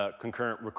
concurrent